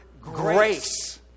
grace